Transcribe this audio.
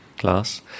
glass